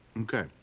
okay